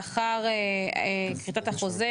לאחר כריתת החוזה,